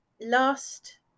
Last